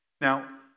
Now